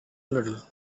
little